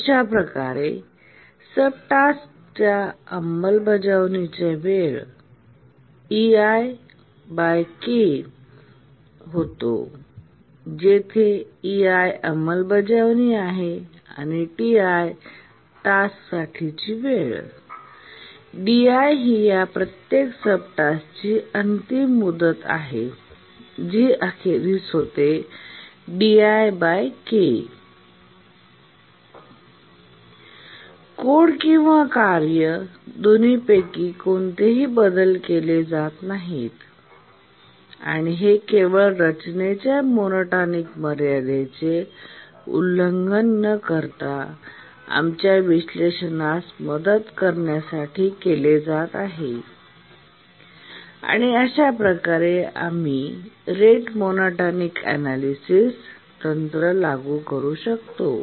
अशा प्रकारे प्रत्येक सबटास्कच्या अंमलबजावणीचा वेळ होतो जेथे ei अंमलबजावणी आहे Ti टास्कसाठीची वेळ आणि di ही या प्रत्येक सबटास्कची अंतिम मुदत आहे जी अखेरीस होते कोड किंवा कार्य दोन्हीपैकी कोणतेही बदल केले जात नाही आणि हे केवळ रचनेच्या मोनोटोनिक मर्यादेचे उल्लंघन न करता आमच्या विश्लेषणास मदत करण्यासाठी केले जात आहे आणि अशा प्रकारे आम्ही रेट मोनोटॉनिक अनैलिसिस तंत्र लागू करू शकतो